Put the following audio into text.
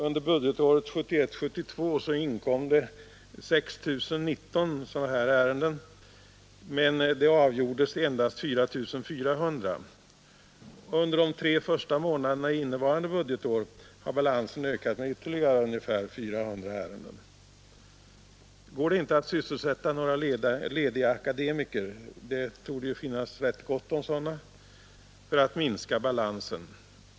Under budgetåret 1971/72 inkom det 6 019 sådana här ärenden, men det avgjordes endast 4400. Under de tre första månaderna innevarande budgetår har balansen ökat med ytterligare ungefär 400 ärenden. Går det inte att sysselsätta några lediga akademiker — det torde finnas rätt gott om sådana — för att minska balansen?